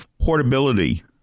portability